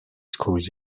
schools